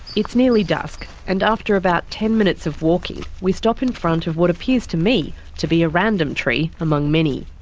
it's nearly dusk, and after about ten minutes of walking we stop in front of what appears to me to be a random tree among many.